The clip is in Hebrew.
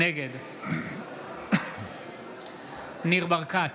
נגד ניר ברקת,